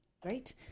Great